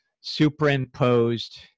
superimposed